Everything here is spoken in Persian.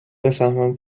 بفهمم